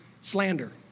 slander